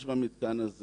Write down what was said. יש במתקן הזה